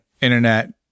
internet